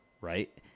right